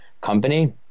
company